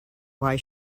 why